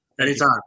anytime